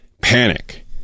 Panic